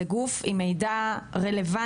זה גוף עם מידע רלוונטי,